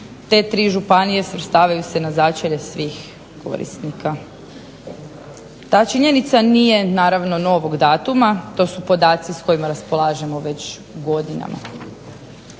te tri županije svrstavaju se na začelje svih korisnika. Ta činjenica nije naravno novog datuma, to su podaci s kojima raspolažemo već godinama.